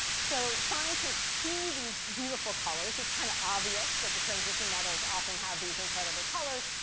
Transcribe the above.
so, scientists see these beautiful colors. it's kind of obvious that the transition metals often have these incredible colors.